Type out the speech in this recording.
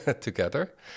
together